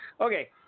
Okay